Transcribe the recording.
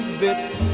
bits